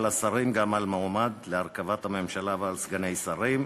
השרים גם על מועמד להרכבת הממשלה ועל סגני שרים.